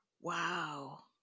Wow